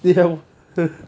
去 hell